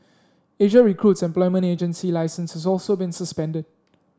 Asia Recruit's employment agency licence has also been suspended